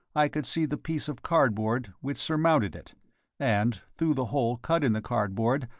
i could see the piece of cardboard which surmounted it and, through the hole cut in the cardboard,